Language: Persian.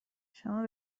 شما